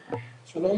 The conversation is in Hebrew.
שלום,